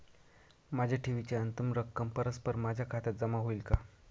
माझ्या ठेवीची अंतिम रक्कम परस्पर माझ्या खात्यात जमा होईल का?